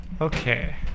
okay